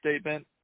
statement